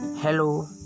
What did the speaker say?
Hello